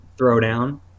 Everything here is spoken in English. throwdown